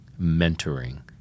mentoring